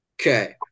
Okay